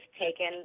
taken